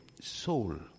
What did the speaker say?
soul